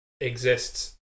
exists